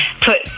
put